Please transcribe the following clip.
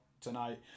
tonight